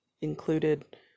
included